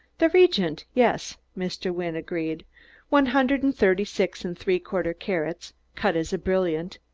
the regent, yes, mr. wynne agreed one hundred and thirty-six and three-quarter carats, cut as a brilliant,